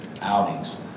outings